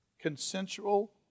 Consensual